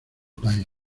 país